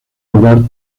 lugar